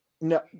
No